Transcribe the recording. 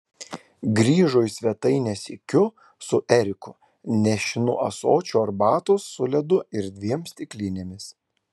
grįžo į svetainę sykiu su eriku nešinu ąsočiu arbatos su ledu ir dviem stiklinėmis